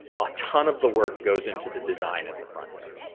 a ton of the work goes into the design at the front end.